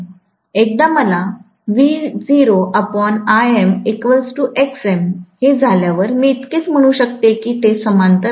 एकदा मलाहे झाल्यावर मी इतकेच म्हणू शकते की ते समांतर आहेत